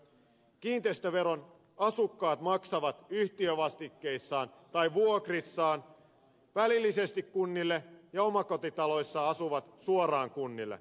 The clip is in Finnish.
kiinteistöveron asukkaat maksavat yhtiövastikkeissaan tai vuokrissaan välillisesti kunnille ja omakotitaloissa asuvat suoraan kunnille